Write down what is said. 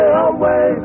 away